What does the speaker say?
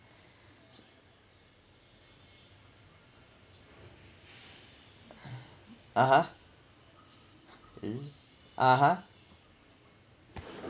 (uh huh) eh (uh huh)